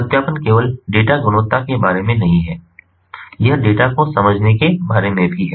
सत्यापन केवल डेटा गुणवत्ता के बारे में नहीं है यह डेटा को समझने के बारे में भी है